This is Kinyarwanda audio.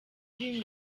uri